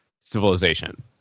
civilization